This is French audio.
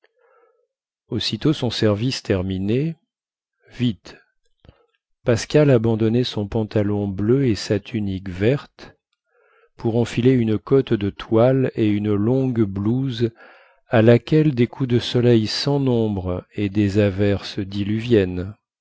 aussitôt son service terminé vite pascal abandonnait son pantalon bleu et sa tunique verte pour enfiler une cotte de toile et une longue blouse à laquelle des coups de soleil sans nombre et des averses diluviennes